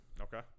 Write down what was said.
Okay